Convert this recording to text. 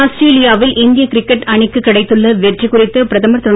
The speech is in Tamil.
ஆஸ்திரேலியாவில் இந்திய கிரிக்கெட் அணிக்கு கிடைத்துள்ள வெற்றி குறித்து பிரதமர் திரு